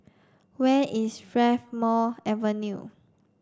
where is Strathmore Avenue